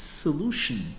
solution